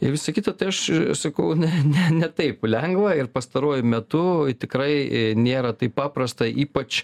ir visa kita tai aš sakau ne ne ne taip lengva ir pastaruoju metu tikrai nėra taip paprasta ypač